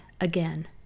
again